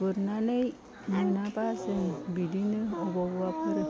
गुरनानै मोनाबा जों बिदिनो बबेबाफोर